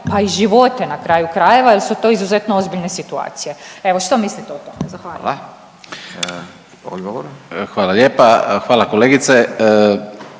pa i živote na kraju krajeva, jer su to izuzetno ozbiljne situacije. Evo, što mislite o tome? Zahvaljujem. **Radin, Furio (Nezavisni)**